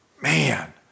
Man